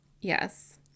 yes